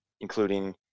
including